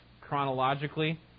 chronologically